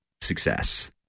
success